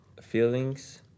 feelings